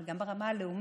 אבל גם ברמה הלאומית,